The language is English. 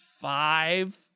five